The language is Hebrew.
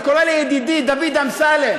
אני קורא לידידי דוד אמסלם,